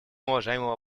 уважаемого